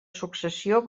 successió